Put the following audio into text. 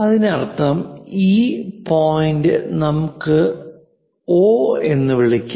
അതിനർത്ഥം ഈ പോയിന്റ് നമുക്ക് O എന്ന് വിളിക്കാം